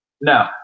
No